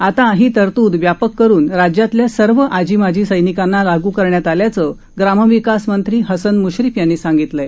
आता ही तरतूद व्यापक करुन राज्यातल्या सर्व आजी माजी सैनिकांना लागू करण्यात आल्याचं ग्रामविकास मंत्री हसन म्श्रीफ यांनी सांगितलं आहे